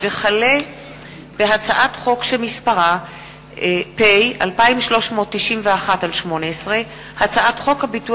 הצעת חוק ההסגרה (תיקון, סייג להסגרת חייל